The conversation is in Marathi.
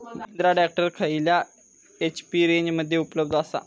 महिंद्रा ट्रॅक्टर खयल्या एच.पी रेंजमध्ये उपलब्ध आसा?